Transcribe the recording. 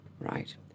Right